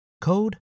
code